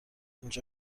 اینجا